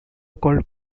called